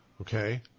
okay